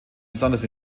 besonders